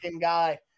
guy